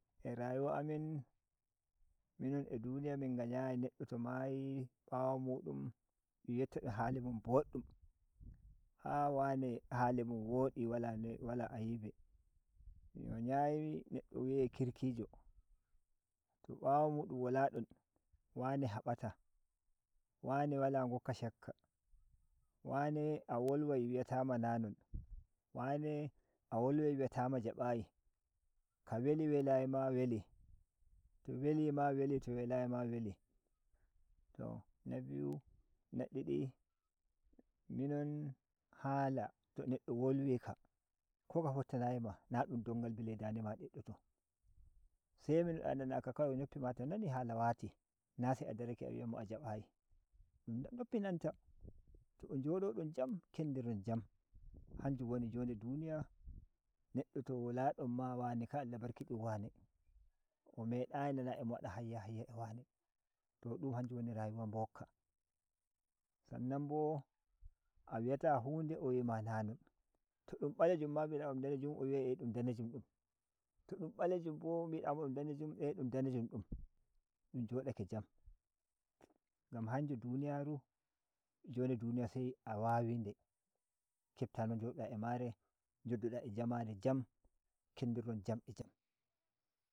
A rayuma amin minon a duniya min ngay ‘nyayi neɗɗo to mayi bawo mu ɗum dun yecco be hali mun bodɗum ah wane hali mun wodi wala ayibe mi wa nya yi neddo wi’e kirkijo to baro mudun wala don wane habata wane wala ngokko shakka wane awolwai wi’ata ma nanon wane a wolwai wi’ata ma jabayi ka weli welayi ma weli to weli ma weli to welayi ma weli to na biyu na didi minon hala to neddo wolwika ko ka foffanayi ma na dun dongal bili a da nde ma a deddoto semino da naraka noppima to nani hala wati nase to a darake a wi’a mo a jabayi noppi nanta to njodo don jam kendiron jam hanjum wni jo nde duniya neddo to wala don ma wane kai Allah barki din wane o meɗanyi nana a mo wada hayya hayya a wane to du’um hanjum woni rayuwa mbokka sannan bo awita hu nde o wima na non to dum bele jum bida dun darejum o wi’ai dun dare jum dum to dum balejum dum bida mod um danejum a dum danejum dum dun jodake jam ngam hanjum duniyane jode duniya se a wawi nde kebta no njodo da a mare joddo da a jamare jam kendiron jam a jam.